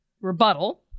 rebuttal